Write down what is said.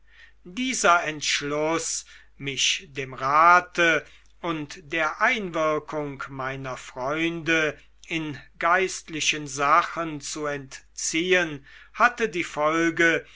dieser entschluß mich dem rate und der einwirkung meiner freunde in geistlichen sachen zu entziehen hatte die folge